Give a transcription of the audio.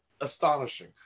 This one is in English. astonishing